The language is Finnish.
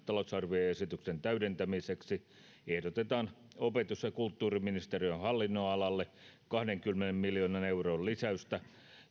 talousarvioesityksen täydentämisestä ehdotetaan opetus ja kulttuuriministeriön hallinnonalalle kahdenkymmenen miljoonan euron lisäystä